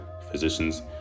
physicians